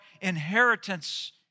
inheritance